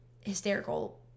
hysterical